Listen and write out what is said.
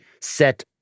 set